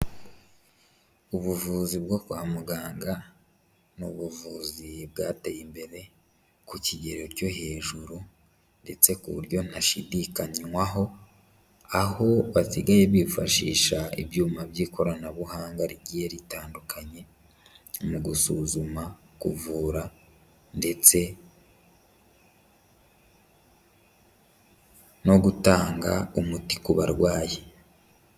Ubuvuzi bwo kwa muganga ni ubuvuzi bwateye imbere ku kigero cyo hejuru ndetse ku buryo ntashidikanywaho, aho basigaye bifashisha ibyuma by'ikoranabuhanga rigiye ritandukanye mu gusuzuma, kuvura ndetse no gutanga umuti ku barwayi.